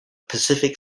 pacific